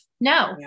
no